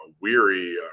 weary